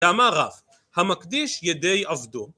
אמר רב. המקדיש ידי עבדו